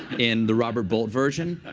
and the robert bolt version.